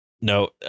No